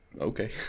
Okay